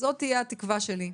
זאת תהיה התקווה שלי.